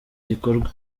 gikorwa